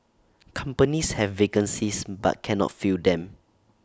companies have vacancies but cannot fill them